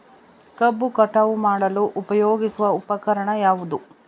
ಕಬ್ಬು ಕಟಾವು ಮಾಡಲು ಉಪಯೋಗಿಸುವ ಉಪಕರಣ ಯಾವುದು?